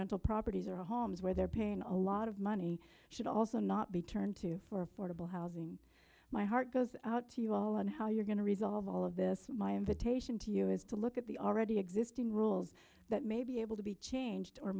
rental properties or homes where they're paying a lot of money should also not be turned to for affordable housing my heart goes out to you all and how you're going to resolve all of this is my invitation to you is to look at the already existing rules that may be able to be changed or